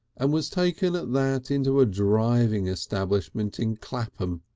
and was taken at that into a driving establishment in clapham,